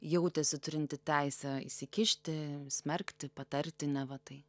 jautėsi turinti teisę įsikišti smerkti patarti neva tai